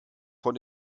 von